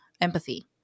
empathy